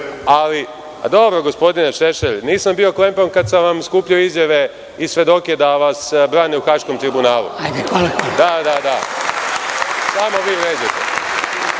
…Pa dobro gospodine Šešelj, nisam bio klempav kada sam vam skupljao izjave i svedoke da vas brane u Haškom tribunalu. Da, da, da, samo vi vređajte.